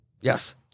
Yes